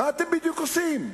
מה אתם בדיוק עושים?